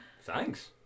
Thanks